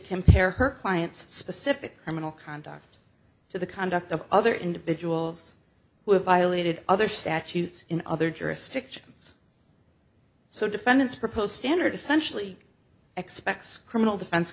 compare her client's specific criminal conduct to the conduct of other individuals who have violated other statutes in other jurisdictions so defendant's proposed standard essentially expects criminal defen